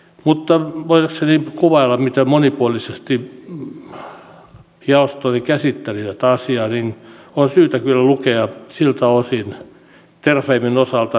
mutta voidakseni kuvailla miten monipuolisesti jaostoni käsitteli tätä asiaa on syytä kyllä lukea terrafamen osalta mietintöluonnos ja mietintö